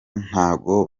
ntago